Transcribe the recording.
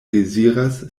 deziras